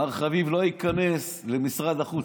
מר חביב לא ייכנס למשרד החוץ.